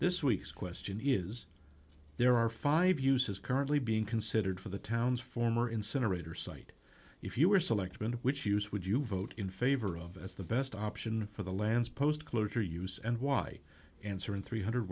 this week's question is there are five uses currently being considered for the town's former incinerator site if you were selected and which use would you vote in favor of as the best option for the land's post closure use and why answer in three hundred